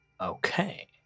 Okay